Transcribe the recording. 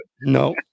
No